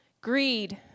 Greed